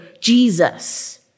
Jesus